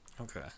Okay